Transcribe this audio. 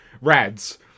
rads